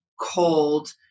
cold